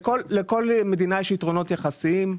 לכל מדינה יש יתרונות יחסיים.